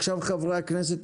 עכשיו חברי הכנסת,